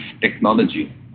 technology